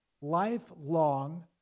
lifelong